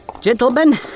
Gentlemen